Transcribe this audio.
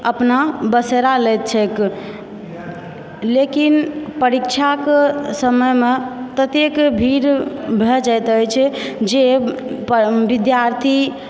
अपना बसेरा लैत छैक लेकिन परीक्षाक समयमे ततेक भीड़ भए जाइत अछि जे विद्यार्थी